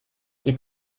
die